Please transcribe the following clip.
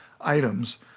items